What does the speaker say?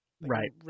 Right